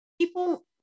People